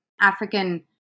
African